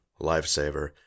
lifesaver